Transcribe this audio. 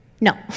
No